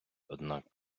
однак